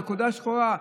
נקודה שחורה.